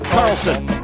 Carlson